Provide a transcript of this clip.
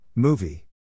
Movie